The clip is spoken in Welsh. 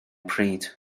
pryd